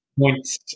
points